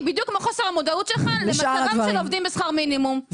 היא בדיוק כמו חוסר המודעות שלך למצבם של העובדים בשכר מינימום,